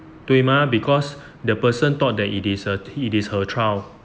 对 mah because the person thought that it is a it is her trial